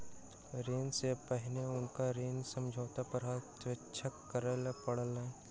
ऋण सॅ पहिने हुनका ऋण समझौता पर हस्ताक्षर करअ पड़लैन